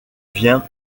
vient